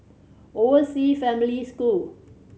Overseas Family School